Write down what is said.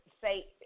say